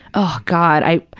oh, god, i,